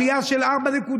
עלייה של 4.7%,